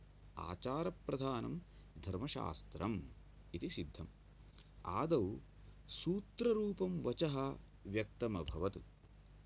अनेन आचारप्रधानं धर्म शास्त्रम् इति सिद्धम् आदौ सूत्ररूपं वचः व्यक्तम् अभवत्